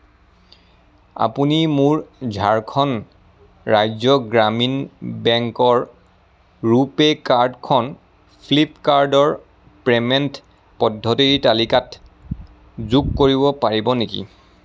আপুনি মোৰ ঝাৰখণ্ড ৰাজ্য গ্ৰামীণ বেংকৰ ৰুপে কাৰ্ডখন ফ্লিপকাৰ্টৰ পে'মেণ্ট পদ্ধতিৰ তালিকাত যোগ কৰিব পাৰিব নেকি